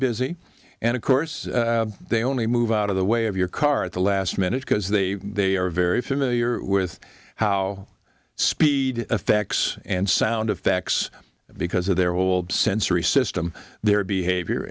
busy and of course they only move out of the way of your car at the last minute because they they are very familiar with how speed effects and sound effects because of their old sensory system their behavior